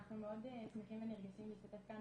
אנחנו מאוד שמחים ונרגשים להשתתף כאן,